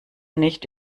nicht